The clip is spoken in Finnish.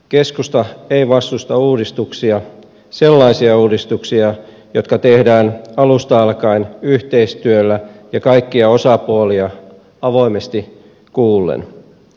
keskusta ei vastusta uudistuksia sellaisia uudistuksia jotka tehdään alusta alkaen yhteistyöllä ja kaikkia osapuolia avoimesti kuullen